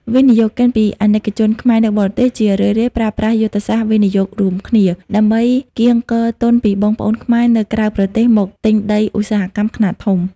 វិនិយោគិនពី អាណិកជនខ្មែរនៅបរទេស ជារឿយៗប្រើប្រាស់យុទ្ធសាស្ត្រ "វិនិយោគរួមគ្នា" ដើម្បីកៀងគរទុនពីបងប្អូនខ្មែរនៅក្រៅប្រទេសមកទិញដីឧស្សាហកម្មខ្នាតធំ។